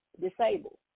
disabled